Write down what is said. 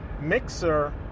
mixer